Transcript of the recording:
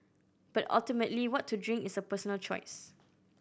but ultimately what to drink is a personal choice